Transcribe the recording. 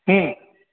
હમ